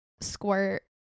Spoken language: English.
squirt